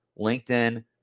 LinkedIn